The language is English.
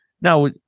Now